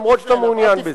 אף-על-פי שאתה מעוניין בזה.